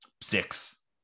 six